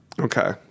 Okay